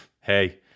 Hey